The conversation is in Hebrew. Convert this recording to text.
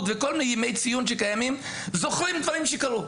וכל מיני ימי ציון שקיימים זוכרים דברים שקרו.